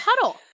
puddle